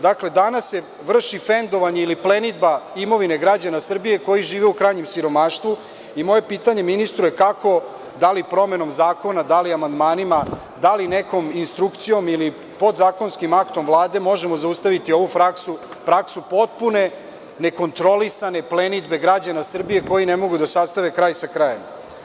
Dakle, danas se vrši fendovanje ili plenidba imovine građana Srbije, koji žive u krajnjem siromaštvu i moje pitanje ministru je kako, da li promenom zakona, da li amandmanima, da li nekom instrukcijom ili podzakonskim aktom Vlade možemo zaustaviti ovu praksu potpune nekontrolisane plenidbe građana Srbije, koji ne mogu da sastave kraj sa krajem?